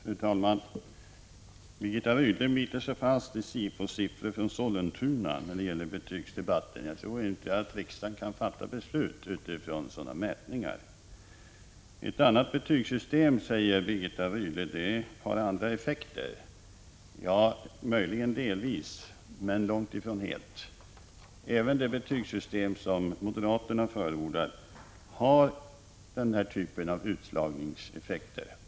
Fru talman! Birgitta Rydle biter sig fast i Sifosiffror från Sollentuna när det gäller betygsdebatten. Jag tror inte att riksdagen kan fatta beslut med utgångspunkt i sådana mätningar. Ett annat betygssystem ger andra effekter, säger Birgitta Rydle. Ja, möjligen delvis, men långt ifrån helt och hållet. Även det betygssystem som moderaterna förordar har en typ av utslagningseffekt.